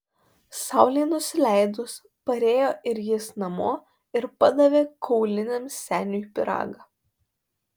saulei nusileidus parėjo ir jis namo ir padavė kauliniams seniui pyragą